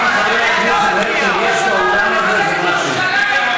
תעלה עוד הפעם להר-הבית?